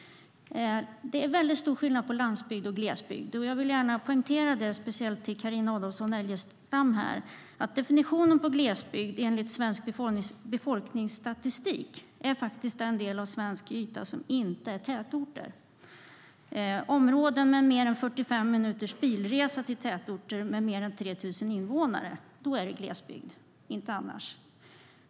Det är mycket stor skillnad på landsbygd och glesbygd. Jag vill gärna poängtera det, speciellt för Carina Adolfsson Elgestam. Definitionen på glesbygd enligt Svensk befolkningsstatistik är den del av svensk yta som inte är tätorter. Områden med mer än 45 minuters bilresa till tätorter med mer än 3 000 invånare är glesbygd, inte annars.